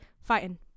fighting